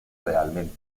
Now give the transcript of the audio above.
realmente